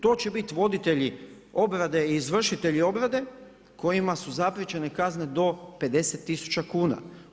To će biti voditelji obrade i izvršitelji obrade kojima su zapriječene kazne do 50 000 kuna.